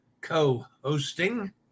co-hosting